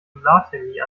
solarthermie